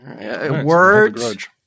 Words